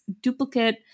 duplicate